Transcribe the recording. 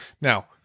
Now